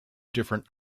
different